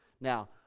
Now